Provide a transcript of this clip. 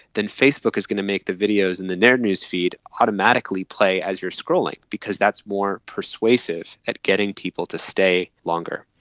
then facebook is going to make the videos and in their newsfeed automatically play as you are scrolling because that's more persuasive at getting people to stay longer.